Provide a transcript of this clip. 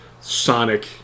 sonic